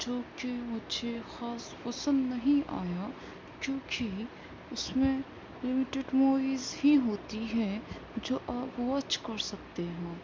جو کہ مجھے خاص پسند نہیں آیا کیونکہ اس میں لمیٹیڈ موویز ہی ہوتی ہیں جو آپ واچ کر سکتے ہو